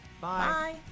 bye